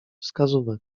wskazówek